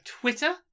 Twitter